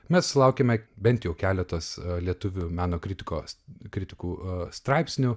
mes sulaukėme bent jau keletos lietuvių meno kritikos kritikų straipsnių